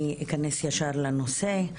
אני אכנס ישר לנושא.